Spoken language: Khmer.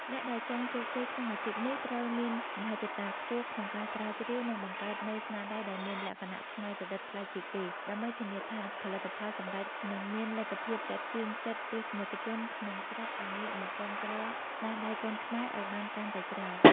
អ្នកដែលចង់ជោគជ័យក្នុងអាជីពនេះត្រូវមានមហិច្ឆតាខ្ពស់ក្នុងការស្រាវជ្រាវ និងបង្កើតនូវស្នាដៃដែលមានលក្ខណៈច្នៃប្រឌិតប្លែកពីគេ ដើម្បីធានាថាផលិតផលសម្រេចនឹងមានលទ្ធភាពទាក់ទាញចិត្តទស្សនិកជនក្នុងស្រុកឱ្យងាកមកគាំទ្រស្នាដៃកូនខ្មែរឱ្យបានកាន់តែច្រើន។